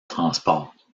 transport